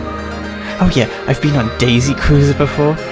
um yeah i've been on daisy cruiser before!